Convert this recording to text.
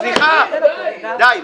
סליחה, די.